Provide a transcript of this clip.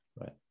right